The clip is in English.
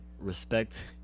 Respect